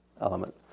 element